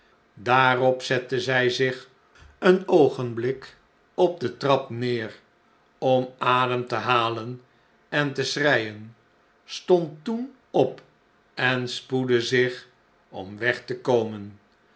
daarop zette zij zich een oogenblik op de trap neer om adem te halen en te schreien stond toen op en spoedde zich om weg te komen